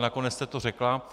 Nakonec jste to řekla.